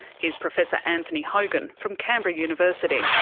here's professor anthony hogan from canberra university.